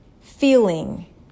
feeling